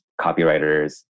copywriters